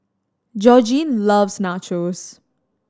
Georgine loves Nachos